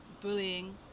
bullying